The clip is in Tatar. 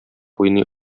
уйный